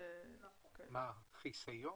בגלל חיסיון?